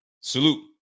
Salute